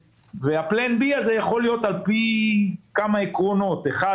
תוכנית ב' הזאת יכולה להיות על פי כמה עקרונות: ראשית,